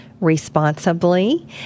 responsibly